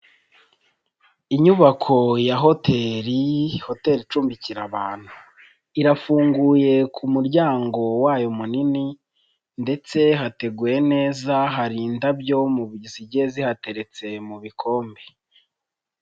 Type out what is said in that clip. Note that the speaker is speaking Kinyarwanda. Inyubako ya hoteri hoteri icumbikira abantu irafunguye ku muryango wayo munini ndetse hateguye neza hari indabyo zigiye zihateretse mu bikombe.